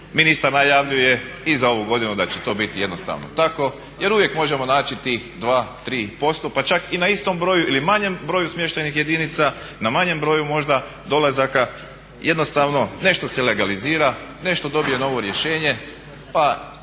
ministar najavljuje i za ovu godinu da će to biti jednostavno tako jer uvijek možemo naći tih 2, 3% pa čak i na istom broji ili manjem broju smještajnih jedinica, na manjem broju možda dolazaka jednostavno nešto se legalizira, nešto dobije novo rješenje pa